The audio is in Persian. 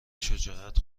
شجاعت